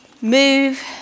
move